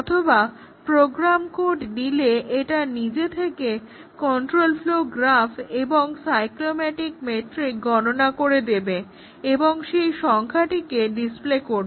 অথবা program code দিলে এটা নিজে থেকে কন্ট্রোল ফ্লো গ্রাফ এবং McCabe's সাইক্লোমেটিক মেট্রিক গণনা করে দেবে এবং সেই সংখ্যাটিকে ডিসপ্লে করবে